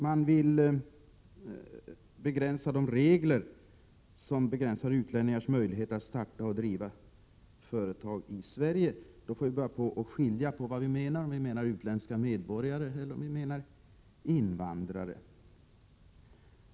Reservanterna kritiserar de regler som begränsar utlänningars möjligheter att starta och driva företag i Sverige. Det måste klargöras om det är utländska medborgare eller invandrare som avses.